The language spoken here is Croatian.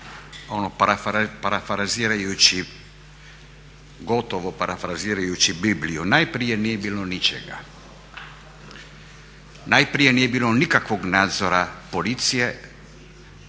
ono parafrazirajući gotovo parafrazirajući Bibliju – najprije nije bilo ničega, najprije nije bilo nikakvog nadzora policije